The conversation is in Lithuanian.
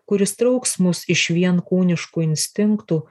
kuris trauks mus iš vien kūniškų instinktų